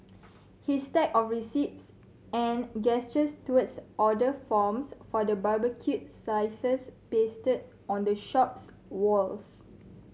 his stack of receipts and gestures towards order forms for the barbecued slices pasted on the shop's walls